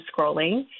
scrolling